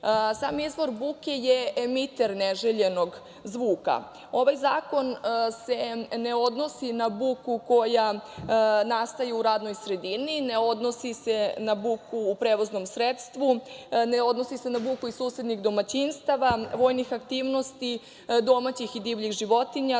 izvor buke je emiter neželjenog zvuka. Ovaj zakon se ne odnosi na buku koja nastaje u radnoj sredini, ne odnosi na buku u prevoznom sredstvu, ne odnosi se na buku iz susednih domaćinstava, vojnih aktivnosti, domaćih i divljih životinja,